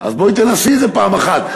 אז בואי תנסי את זה פעם אחת.